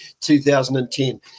2010